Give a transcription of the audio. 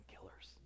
killers